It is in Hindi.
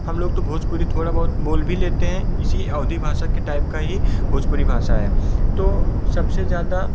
हम लोग तो भोजपुरी थोड़ा बहुत बोल भी लेते हैं इसी अवधी भाषा के टाइप की ही भोजपुरी भाषा है तो सबसे ज़्यादा